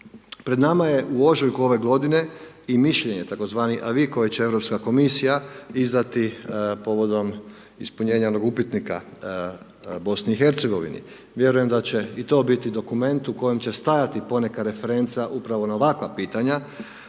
Pred nama je u ožujku ove godine i mišljenje tzv. …/Govornik se ne razumije./… koje će Europska komisija izdati povodom ispunjenja upitnika BIH. Vjerujem da će i to biti dokument u kojem će stajati poneka referenca upravo na ovakva pitanja,